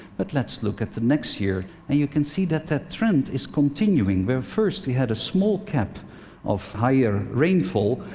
but let's look at the next year, and you can see that that trend is continuing. where at first we had a small cap of higher rainfall,